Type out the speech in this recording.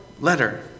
letter